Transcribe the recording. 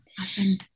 Awesome